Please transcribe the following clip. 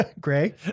Gray